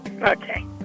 Okay